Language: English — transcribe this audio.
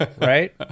Right